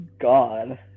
god